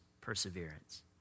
perseverance